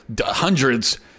hundreds